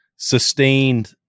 sustained